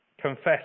Confess